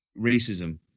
racism